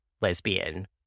lesbian